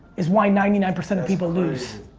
is why ninety nine percent of people lose.